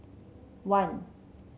one